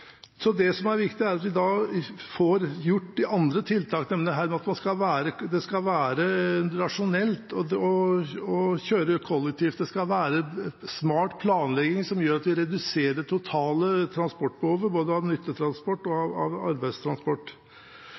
Så det som er viktig, er at vi da får gjort de andre tiltakene. Det skal være rasjonelt å kjøre kollektivt, det skal være smart planlegging som gjør at vi reduserer det totale transportbehovet, både av nyttetransport og av arbeidstransport.